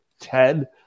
Ted